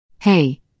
Hey